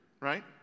right